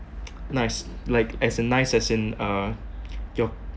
nice like as a nice as in uh your